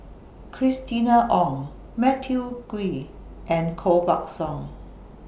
Christina Ong Matthew Ngui and Koh Buck Song